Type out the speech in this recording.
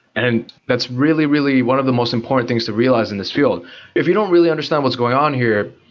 and that's really, really one of the most important things to realize in this field if you don't really understand what's going on here,